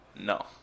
No